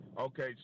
Okay